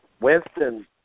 Winston –